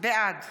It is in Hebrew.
בעד